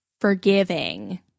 forgiving